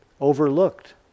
overlooked